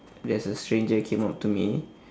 there's a stranger came up to me